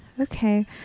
Okay